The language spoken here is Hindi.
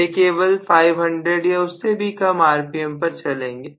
वे केवल 500 या उससे भी कम आरपीएम पर चलेंगे